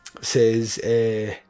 Says